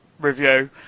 review